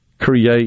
create